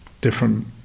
different